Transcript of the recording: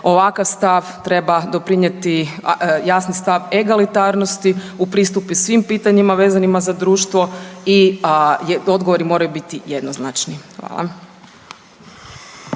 ovakav stav treba doprijeti jasni stav egalitarnosti, u pristupu svim pitanjima vezanim za društvo i odgovori moraju biti jednoznačni. Hvala.